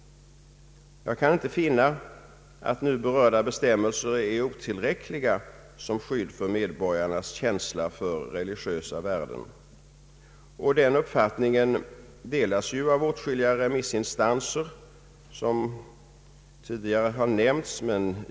Jag kan inte finna att nu berörda bestämmelser är otillräckliga som skydd för medborgarnas känsla för religiösa värden. Den uppfattningen delas av åtskilliga remissinstanser, vilket tidigare har påpekats.